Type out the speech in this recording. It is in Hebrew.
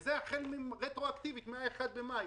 וזה אכן רטרואקטיבית מ-1 במאי.